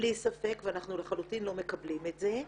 בלי ספק, ואנחנו לחלוטין לא מקבלים את זה.